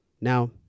Now